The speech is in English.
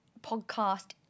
podcast